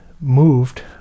moved